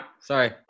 sorry